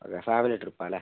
അതെ family trip ആണല്ലെ